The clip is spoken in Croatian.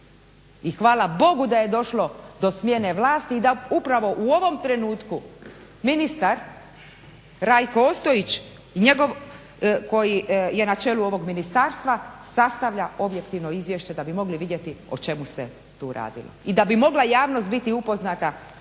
i hvala Bogu da je došlo do smjene vlasti i da upravo u ovom trenutku ministar Rajko Ostojić koji je na čelu ovog ministarstva sastavlja objektivno izvješće da bi mogli vidjeti o čemu se tu radilo. I da bi mogla javnost biti upoznata